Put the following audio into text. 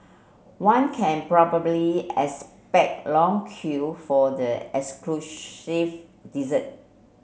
one can probably expect long queue for the exclusive dessert